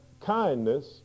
kindness